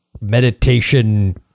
meditation